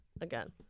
Again